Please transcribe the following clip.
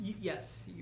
Yes